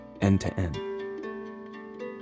end-to-end